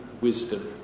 wisdom